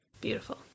Beautiful